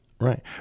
Right